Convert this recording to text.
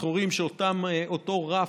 אנחנו אומרים שבאותו רף,